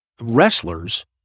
wrestlers